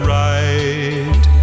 right